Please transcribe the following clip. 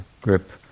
grip